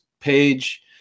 page